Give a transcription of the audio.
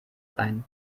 ein